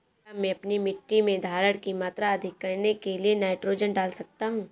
क्या मैं अपनी मिट्टी में धारण की मात्रा अधिक करने के लिए नाइट्रोजन डाल सकता हूँ?